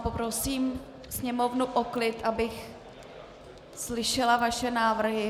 Poprosím Sněmovnu o klid, abych slyšela vaše návrhy.